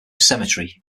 cemetery